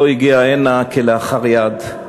לא הגיעה הנה כלאחר יד,